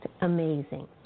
amazing